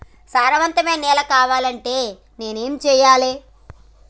సారవంతమైన నేల కావాలంటే నేను ఏం చెయ్యాలే?